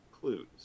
Clues